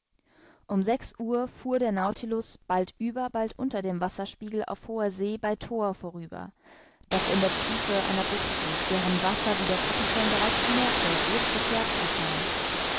um sechs uhr fuhr der nautilus bald über bald unter dem wasserspiegel auf hoher see bei tor vorüber das in der tiefe einer bucht liegt deren wasser wie der kapitän bereits bemerkte roth gefärbt erscheint